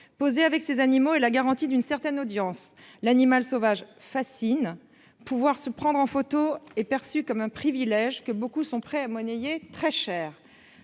poser avec ces animaux et la garantie d'une certaine audience l'animal sauvage fascine pouvoir se prendre en photo est perçu comme un privilège que beaucoup sont prêts à monnayer très cher